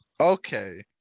okay